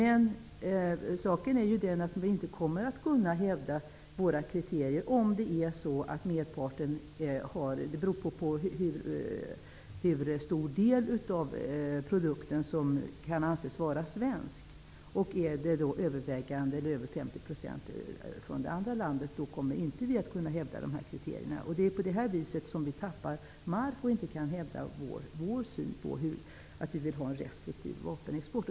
I vilken utsträckning vi kommer att kunna hävda våra kriterier beror på hur stor del av produkten som kan anses vara svensk. Om det andra landet bidrar med över 50 % kommer vi inte att kunna hävda kriterierna. Det är så vi kommer att tappa mark, och det är så vi inte kommer att kunna hävda vår önskan om en restriktiv vapenexport.